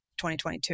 2022